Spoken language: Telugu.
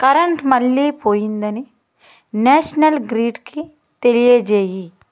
కరంట్ మళ్ళీ పోయిందని న్యాషనల్ గ్రిడ్కి తెలియజేయి